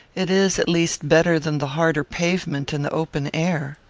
it is, at least, better than the harder pavement and the open air.